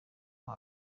mpa